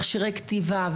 מכשירי כתיבה,